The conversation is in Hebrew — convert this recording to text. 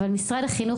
אבל משרד החינוך,